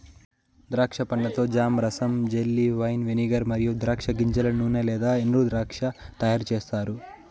ద్రాక్ష పండ్లతో జామ్, రసం, జెల్లీ, వైన్, వెనిగర్ మరియు ద్రాక్ష గింజల నూనె లేదా ఎండుద్రాక్ష తయారుచేస్తారు